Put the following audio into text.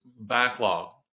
backlog